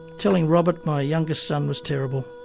telling robert my youngest son was terrible.